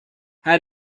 how